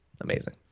amazing